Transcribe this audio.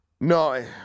No